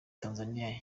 tanzania